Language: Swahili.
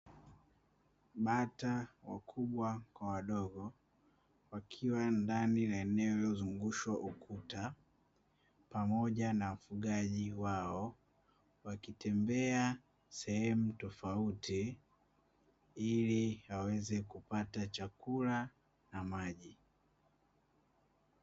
Bata wakubwa na wadogo walio ndani ya eneo lililozungukwa na ukuta pamoja na mfugaji wao, wakitembea sehemu tofauti ili aweze kupata chakula na maji.